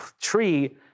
tree